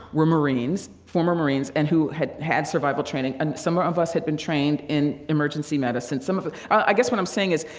were marines. former marines and who had had survival training. and some of us had been trained in emergency medicine. some of us i guess what i'm saying is,